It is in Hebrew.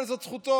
אבל זו זכות,